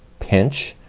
pinch,